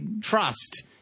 trust